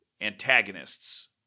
antagonists